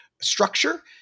structure